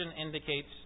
indicates